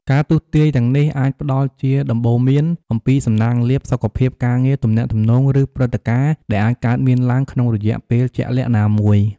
ការទស្សន៍ទាយទាំងនេះអាចផ្តល់ជាដំបូន្មានអំពីសំណាងលាភ សុខភាព ការងារ ទំនាក់ទំនង ឬព្រឹត្តិការណ៍ដែលអាចកើតមានឡើងក្នុងរយៈពេលជាក់លាក់ណាមួយ។